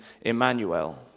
Emmanuel